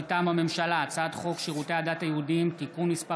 מטעם הממשלה: הצעת חוק שירותי הדת היהודיים (תיקון מס'